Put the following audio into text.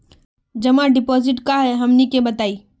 जमा डिपोजिट का हे हमनी के बताई?